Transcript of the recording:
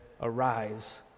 Arise